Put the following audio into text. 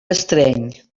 estreny